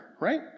right